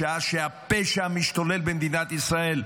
בשעה שפשע משתולל במדינת ישראל.